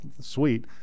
sweet